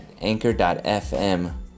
anchor.fm